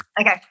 Okay